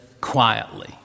quietly